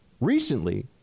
recently